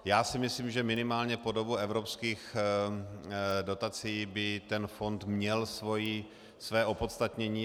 Já si myslím, že minimálně po dobu evropských dotací by ten fond měl své opodstatnění.